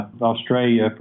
Australia